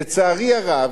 לצערי הרב,